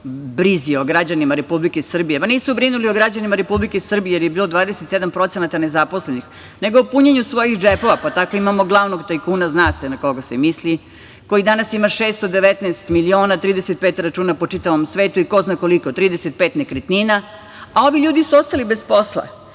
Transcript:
o građanima Republike Srbije. Ma nisu brinuli o građanima Republike Srbije, jer je bilo 27% nezaposlenih, nego o punjenju svojih džepova. Pa tako imamo glavnog tajkuna, zna se na koga se misli, koji danas ima 619 miliona, 35 računa po čitavom svetu i ko zna koliko, 35 nekretnina, a ovi ljudi su ostali bez posla.